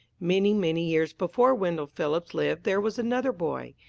many, many years before wendell phillips lived there was another boy.